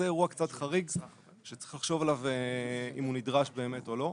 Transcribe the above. זה אירוע קצת חריג שצריך לחשוב עליו אם הוא נדרש באמת או לא.